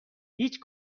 هیچ